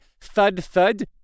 thud-thud